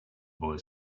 boy